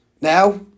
Now